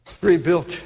rebuilt